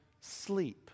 sleep